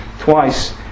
twice